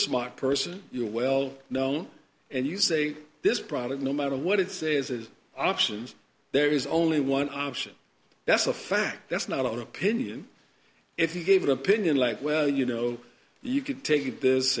smart person you're well known and you say this product no matter what it says his options there is only one option that's a fact that's not a pinion if he gave an opinion like well you know you could take this